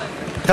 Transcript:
סעיף 01,